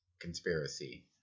conspiracy